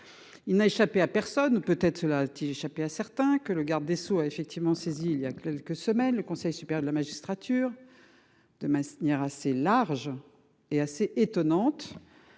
Il n'a échappé à personne peut être. Cela a-t-il échappé à certains que le garde des Sceaux a effectivement saisi il y a quelques semaines, le Conseil supérieur de la magistrature. De maintenir assez large et assez étonnante.